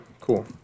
cool